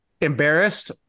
embarrassed